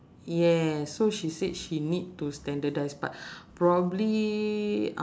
yes so she said she need to standardise but probably uh